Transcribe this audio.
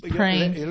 praying